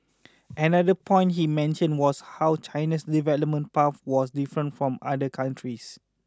another point he mentioned was how China's development path was different from other countries